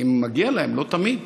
אם מגיע להם, לא תמיד,